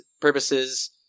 purposes